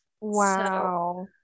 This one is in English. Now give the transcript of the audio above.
Wow